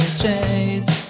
chase